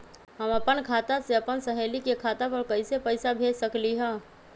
हम अपना खाता से अपन सहेली के खाता पर कइसे पैसा भेज सकली ह?